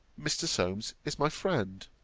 mr. solmes is my friend,